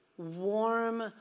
warm